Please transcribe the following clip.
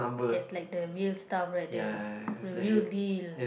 there's like the real stuff right there the real deal